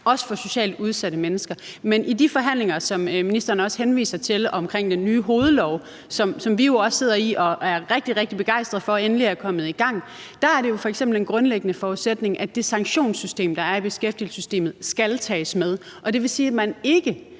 gælder socialt udsatte mennesker. Men i de forhandlinger om den nye hovedlov, som ministeren også henviser til, og som vi jo også sidder i og er rigtig, rigtig begejstrede for endelig er kommet i gang, er det jo f.eks. en grundlæggende forudsætning, at det sanktionssystem, der er i beskæftigelsessystemet, skal tages med, og det vil sige, at man ikke